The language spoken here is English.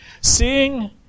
Seeing